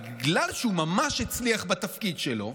בגלל שהוא ממש הצליח בתפקיד שלו,